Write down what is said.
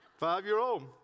Five-year-old